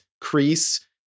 Crease